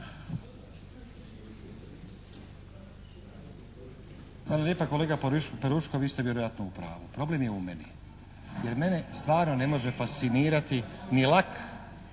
Hvala lijepa kolega Peruško, vi ste vjerojatno u pravu. Problem je u meni, jer mene stvarno ne može fascinirati ni lak